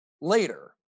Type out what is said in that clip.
later